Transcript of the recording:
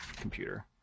computer